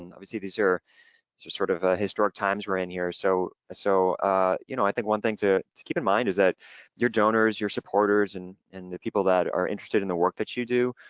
and obviously, these are sort of historic times we are in here. so, so you know i think one thing to to keep in mind is that your donors, your supporters, and the people that are interested in the work that you do,